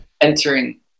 entering